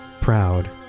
proud